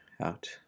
out